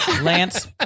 Lance